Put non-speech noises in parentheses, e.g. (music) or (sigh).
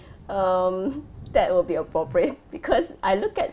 um (breath) that will be appropriate because I look at